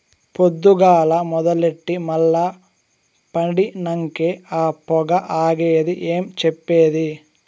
పొద్దుగాల మొదలెట్టి మల్ల పండినంకే ఆ పొగ ఆగేది ఏం చెప్పేది